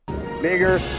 bigger